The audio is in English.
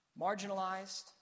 marginalized